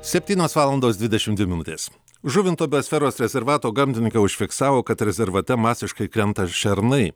septynios valandos dvidešimt dvi minutės žuvinto biosferos rezervato gamtininkai užfiksavo kad rezervate masiškai krenta šernai